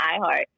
iheart